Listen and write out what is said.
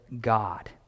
God